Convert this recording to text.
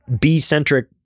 B-centric